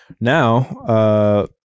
now